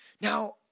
Now